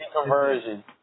conversion